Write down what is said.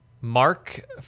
Mark